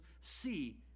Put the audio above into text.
see